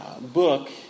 book